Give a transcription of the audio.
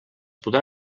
podrà